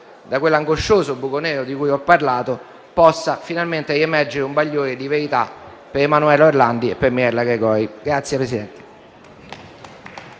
da quell'angoscioso buco nero di cui ho parlato possa finalmente riemergere un bagliore di verità per Emanuela Orlandi e per Mirella Gregori.